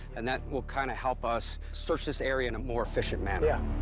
and that will kind of help us search this area in a more efficient manner. yeah